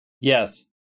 Yes